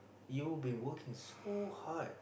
you been working so hard